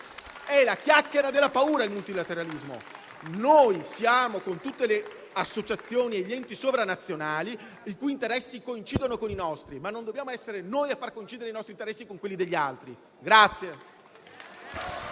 è la chiacchiera della paura. Noi siamo con tutte le associazioni e gli enti sovranazionali i cui interessi coincidono con i nostri, ma non dobbiamo essere noi a far coincidere i nostri interessi con quelli degli altri.